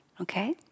Okay